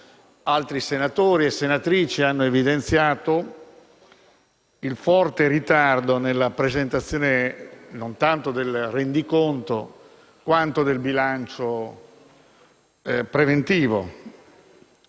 altri senatori e altre senatrici hanno evidenziato il forte ritardo nella presentazione, non tanto del rendiconto, quanto del bilancio preventivo,